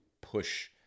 push